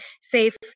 safe